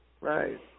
Right